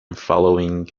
following